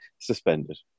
suspended